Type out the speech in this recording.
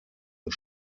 und